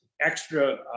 extra